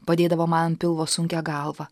padėdavo man an pilvo sunkią galvą